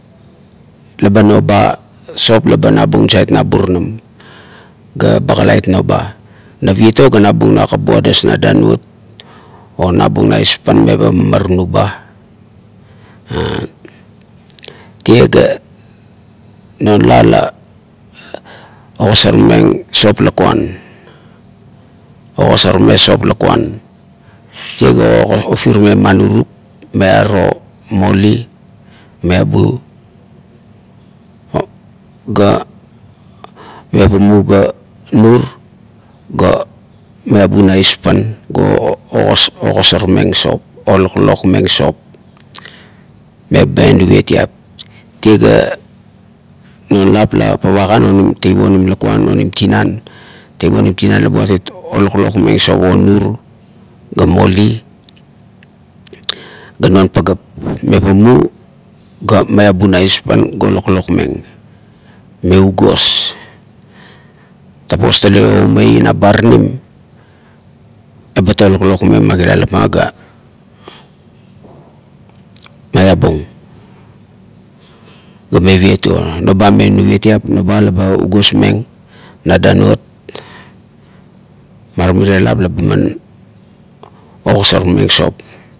Laba no ba sop laba nabung nasait na burunam ga ba kalait na ba naviet o ga nabung nakap ba adas na danout o nabung na espan ba mamaranu ba "ur" tie ga non ga la, la, ogosarmeng sop lakuan, ogosarmeng sop lakuan. Tie ga ufirmeng ma nurup miaro moli, miabu ga ufirmeng ga nur ga miabu, na espan ga ogosarmeng sop o loklokmeng sop me miaba nuvietiap. Tie ga non lap la puakan teip onim lakuan onim tinan, teip onim tinan la buat oloklokmeng sop o nur ga moli ga non pagap la mevanu ga miabu na espan ga oloklokmeng me agos tapos tale oumei na baranim, ubat na oloklokmeng ma kilalap ma ga meabung ba meviet tuo noba me nuviet noba luba ugosmeng na danuot mar nirie lap la ba man ogosmeng sop.